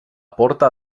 porta